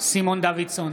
סימון דוידסון,